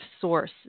source